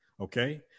Okay